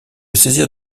saisir